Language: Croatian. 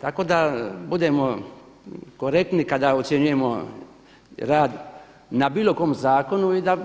Tako da budemo korektni kada ocjenjujemo rad na bilo kojem zakonu i da